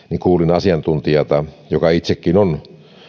asiantuntijaa joka itsekin on